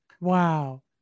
wow